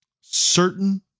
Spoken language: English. certain